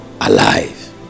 Alive